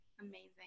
Amazing